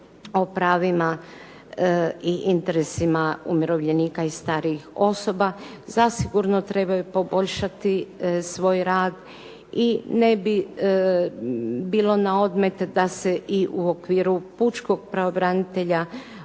o pravima i interesima umirovljenika i starijih osoba zasigurno trebaju poboljšati svoj rad i ne bi bilo na odmet da se i u okviru pučkog pravobranitelja